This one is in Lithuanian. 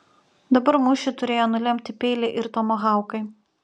dabar mūšį turėjo nulemti peiliai ir tomahaukai